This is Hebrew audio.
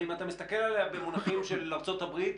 אם אתה מסתכל עליה במונחים של ארצות הברית,